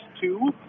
two